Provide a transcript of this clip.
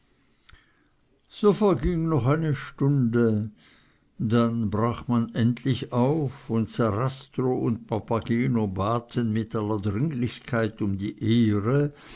so verging noch eine stunde dann brach man endlich auf und sarastro und papageno baten mit aller dringlichkeit um die ehre